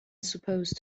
supposed